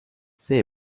see